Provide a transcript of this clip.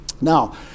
Now